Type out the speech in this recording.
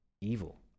evil